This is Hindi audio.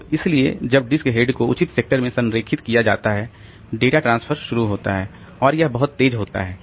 तो इसलिए जब डिस्क हेड को उचित सेक्टर में संरेखित किया जाता है डेटा ट्रांसफर शुरू होता है और यह बहुत तेज़ होता है